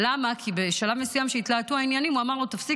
כי בשלב מסוים כשהתלהטו האירועים אמר לו: תפסיק,